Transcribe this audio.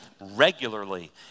regularly